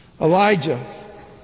Elijah